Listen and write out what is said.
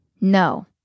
No